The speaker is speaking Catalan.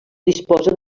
disposa